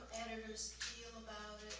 editors feel about